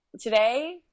today